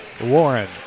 Warren